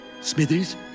smithers